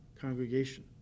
congregation